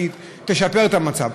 שזה ישפר את המצב.